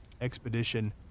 expedition